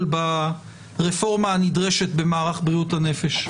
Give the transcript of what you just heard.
ברפורמה הנדרשת במערך בריאות הנפש.